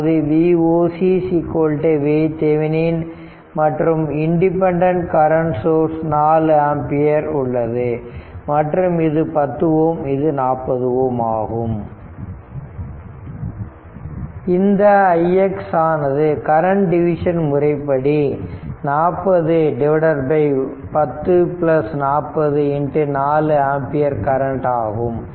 அதாவது Voc VThevenin மற்றும் independent current source 4 ampere உள்ளது மற்றும் இது 10 Ω இது 40 Ω ஆகும் இந்த ix ஆனது கரண்ட் டிவிஷன் முறைப்படி 4010404 ஆம்பியர் கரண்ட் ஆகும்